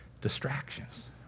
Distractions